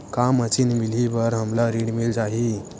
का मशीन मिलही बर हमला ऋण मिल जाही?